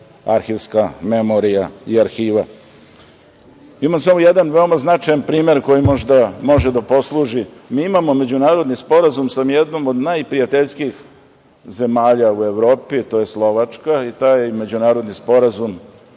arhivska memorija i arhiva. Imam samo jedan veoma značajan primer koji možda može da posluži. Mi imamo međunarodni sporazum sa ni jednom od najprijateljskijih zemalja u Evropi, to je Slovačka i taj međunarodni sporazum,